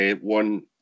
one